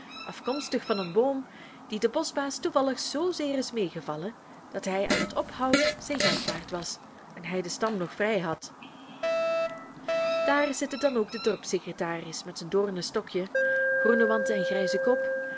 afkomstig van een boom die den boschbaas toevallig zoozeer is meegevallen dat hij aan het ophout zijn geld waard was en hij den stam nog vrij had daar zitten dan ook de dorpssecretaris met zijn doornen stokje groene wanten en grijzen kop